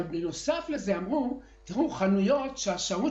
אבל בנוסף לזה אמרו שחנויות שבהן השהות